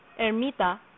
Ermita